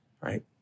right